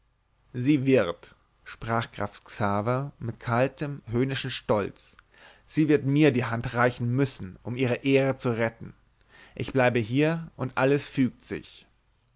sie wird sprach graf xaver mit kaltem höhnenden stolz sie wird mir die hand reichen müssen um ihre ehre zu retten ich bleibe hier und alles fügt sich